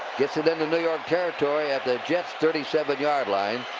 gets it into new york territory at the jets thirty seven yard line.